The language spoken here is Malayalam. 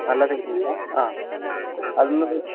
നല്ല ആ അതിൽ നിന്ന്